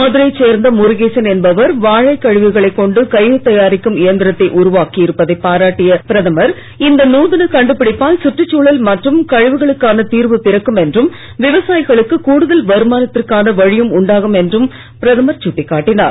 மதுரையை சேர்ந்த முருகேசன் என்பவர் வாழைக் கழிவுகளை கொண்டு கயிறு தயாரிக்கும் இயந்திரத்தை உருவாக்கி இருப்பதை பாராட்டிய பிரதமர் இந்த நூதன கண்டுபிடிப்பால் சுற்றுச்சூழல் மற்றம் கழிவுகளுக்கான தீர்வு பிறக்கும் என்றும் விவசாயிகளுக்கு கூடுதல் வருமானத்திற்கான வழியும் உண்டாகும் என்றும் பிரதமர் சுட்டிக் காட்டினார்